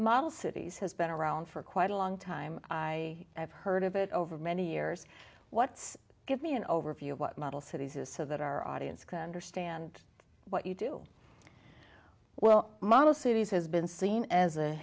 model cities has been around for quite a long time i have heard of it over many years what's give me an overview of what model cities is so that our audience can understand what you do well model cities has been seen as a